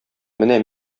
менә